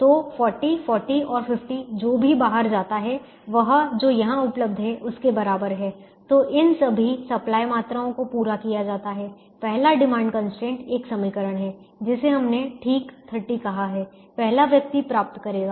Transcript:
तो 40 40 और 50 जो भी बाहर जाता है वह जो यहां उपलब्ध है उसके बराबर है तो इन सभी सप्लाई मात्राओं को पूरा किया जाता है पहला डिमांड कंस्ट्रेंट एक समीकरण है जिसे हमने ठीक 30 कहा है पहला व्यक्ति प्राप्त करेगा